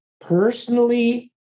personally